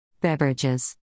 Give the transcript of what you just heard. Beverages